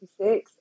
1966